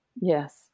Yes